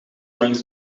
langs